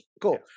Cool